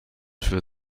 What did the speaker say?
für